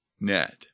net